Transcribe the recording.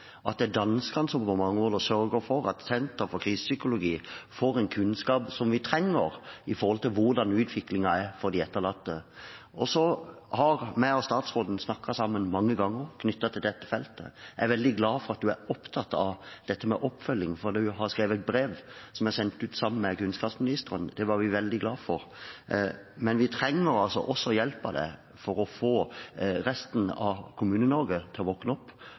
at det er danskene som på mange måter sørger for at Senter for Krisepsykologi får en kunnskap som vi trenger når det gjelder hvordan utviklingen er for de etterlatte. Jeg og statsråden har snakket sammen mange ganger om dette feltet. Jeg er veldig glad for at du er opptatt av dette med oppfølging, for du har skrevet brev, som du sendte ut sammen med kunnskapsministeren. Det var vi veldig glad for. Men vi trenger altså også hjelp av deg for å få resten av Kommune-Norge til å våkne opp,